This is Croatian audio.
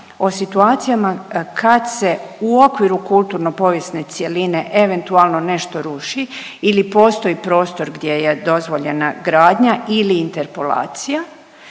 o situacijama kad se u okviru kulturno povijesne cjeline eventualno nešto ruši ili postoji prostor gdje je dozvoljena gradnja ili inetrpolacija